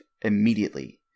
immediately